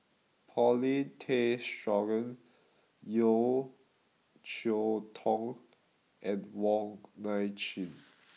Paulin Tay Straughan Yeo Cheow Tong and Wong Nai Chin